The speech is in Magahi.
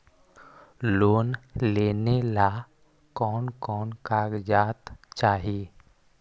लोन लेने ला कोन कोन कागजात चाही?